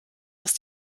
ist